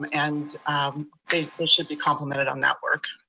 um and they should be complimented on that work.